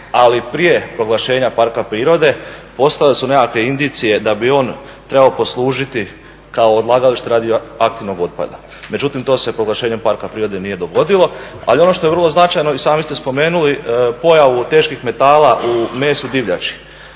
ali prije proglašenja parka prirode postojale su nekakve indicije da bi on trebao poslužiti kao odlagalište radioaktivnog otpada. Međutim, to se proglašenjem parka prirode nije dogodilo. Ali ono što je vrlo značajno, i sami ste spomenuli, pojavu teških metala u mesu divljači.